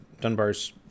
Dunbar's